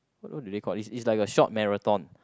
what what do they call it's it's like a short marathon